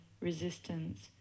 resistance